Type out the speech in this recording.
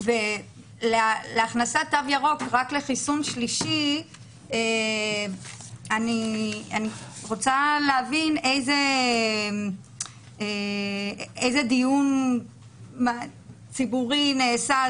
ולהכנסת תו ירוק רק לחיסון שלישי אני רוצה להבין איזה דיון ציבורי נעשה,